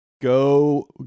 go